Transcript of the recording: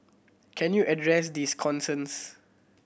can you address these concerns